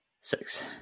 Six